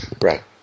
Right